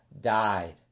died